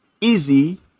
easy